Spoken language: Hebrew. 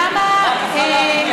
אפשר לחשוב.